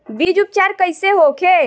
बीज उपचार कइसे होखे?